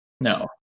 no